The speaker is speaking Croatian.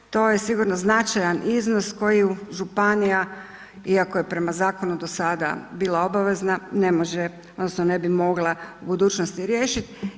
To je sigurno značajan iznos koji županija iako je prema zakonu do sada bila obavezna ne može odnosno ne bi mogla u budućnosti riješiti.